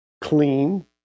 clean